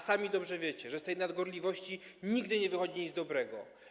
Sami dobrze wiecie, że z tej nadgorliwości nigdy nie będzie nic dobrego.